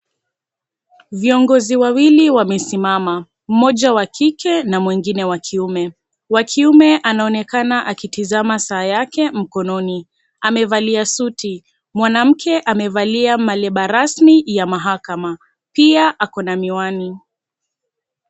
Viongozi wawili wamesimama, mmoja wa kike na mwingine wa kiume. Wakiume anaonekana akitizama saa yake mkononi, amevalia suti. Mwanamke amevalia maleba rasmi ya mahakama pia ako na miwani.